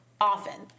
Often